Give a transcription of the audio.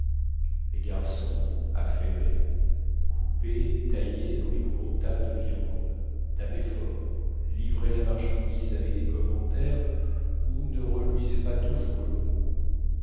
les garçons affairés coupaient taillaient dans les gros tas de viande tapaient fort livraient la marchandise avec des commentaires où ne reluisait pas toujours le bon goût